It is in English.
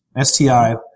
STI